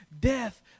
death